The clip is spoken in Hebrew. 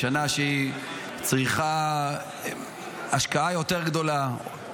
זו שנה שצריכה השקעה יותר גדולה,